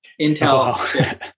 Intel